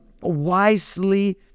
wisely